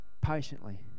patiently